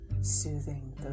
soothing